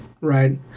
right